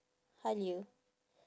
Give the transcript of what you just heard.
Halia